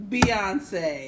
Beyonce